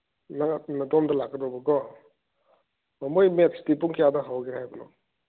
ꯅꯪ ꯅꯇꯣꯝꯇ ꯂꯥꯛꯀꯗꯧꯕꯀꯣ ꯑꯣ ꯃꯣꯏ ꯃꯦꯠꯁꯇꯤ ꯄꯨꯡ ꯀꯌꯥꯗ ꯍꯧꯒꯦ ꯍꯥꯏꯕꯅꯣ